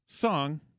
song